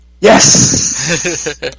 Yes